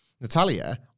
Natalia